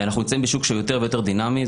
אנחנו נמצאים שהוא יותר ויותר דינמי.